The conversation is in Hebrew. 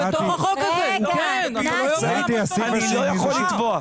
הוא לא יכול לתבוע.